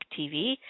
TV